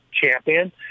champion